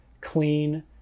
clean